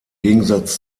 gegensatz